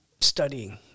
studying